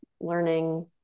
learning